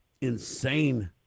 insane